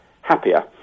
happier